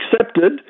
accepted